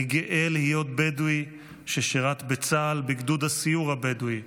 אני גאה להיות בדואי ששירת בצה"ל בגדוד הסיור הבדואי.